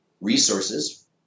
resources